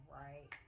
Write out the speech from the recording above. right